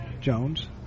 Jones